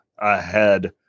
Ahead